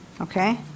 Okay